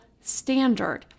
standard